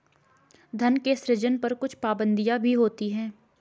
धन के सृजन पर कुछ पाबंदियाँ भी होती हैं